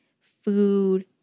food